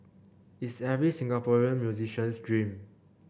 it's every Singaporean musician's dream